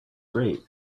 great